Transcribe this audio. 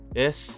yes